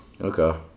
Okay